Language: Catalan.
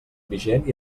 vigent